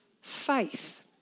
faith